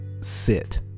sit